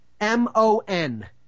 M-O-N